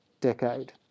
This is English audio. decade